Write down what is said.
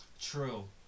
True